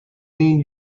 mean